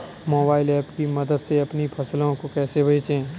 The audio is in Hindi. मोबाइल ऐप की मदद से अपनी फसलों को कैसे बेचें?